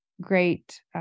great